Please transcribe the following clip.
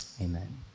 Amen